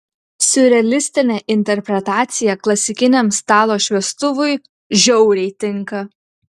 siurrealistinė interpretacija klasikiniam stalo šviestuvui žiauriai tinka